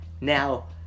Now